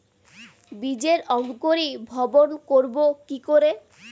বীজের অঙ্কোরি ভবন করব কিকরে?